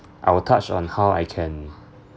I will touch on how I can